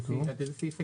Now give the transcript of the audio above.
רגע, עד איזה סעיף הקראת?